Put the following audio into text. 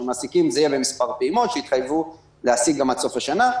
זה יהיה במספר פעימות למעסיקים שיתחייבו להעסיק גם עד סוף השנה.